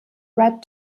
red